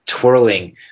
twirling